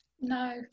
no